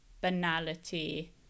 banality